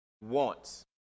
wants